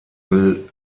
will